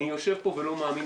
אני יושב פה ולא מאמין,